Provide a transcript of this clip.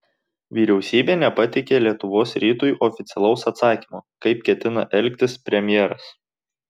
vyriausybė nepateikė lietuvos rytui oficialaus atsakymo kaip ketina elgtis premjeras